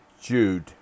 Jude